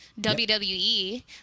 WWE